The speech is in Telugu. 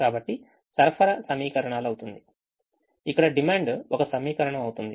కాబట్టి సరఫరా సమీకరణాలు అవుతుంది ఇక్కడ డిమాండ్ ఒక సమీకరణం అవుతుంది